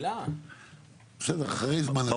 הנושא הזה הוא סופר חשוב.